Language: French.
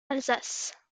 alsace